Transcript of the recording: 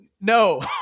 no